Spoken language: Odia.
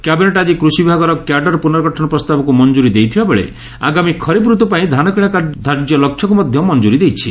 କ୍ୟାବିନେଟ୍ ଆକି କୃଷି ବିଭାଗର କ୍ୟାଡର ପୁନର୍ଗଠନ ପ୍ରସ୍ତାବକୁ ମଞ୍ଠୁରି ଦେଇଥିବା ବେଳେ ଆଗାମୀ ଖରିଫ୍ ଋତୁପାଇଁ ଧାନକିଶା ଧାର୍ଯ୍ୟ ଲକ୍ଷ୍ୟକୁ ମଧ ମଞୁରୀ ଦେଇଛି